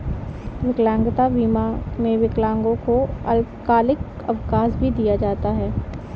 विकलांगता बीमा में विकलांगों को अल्पकालिक अवकाश भी दिया जाता है